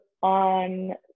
on